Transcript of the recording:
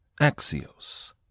Axios